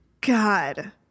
God